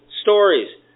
stories